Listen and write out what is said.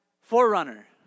forerunner